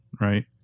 Right